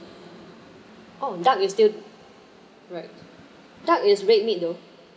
oh duck is still right duck is red meat though